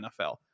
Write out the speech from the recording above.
NFL